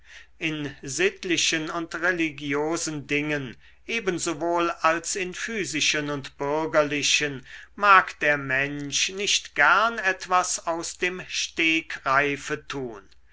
in sittlichen und religiosen dingen ebensowohl als in physischen und bürgerlichen mag der mensch nicht gern etwas aus dem stegreife tun